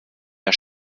der